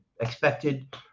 expected